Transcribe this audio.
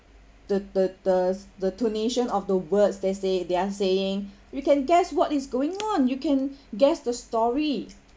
the the the intonation of the words they say they are saying you can guess what is going on you can guess the story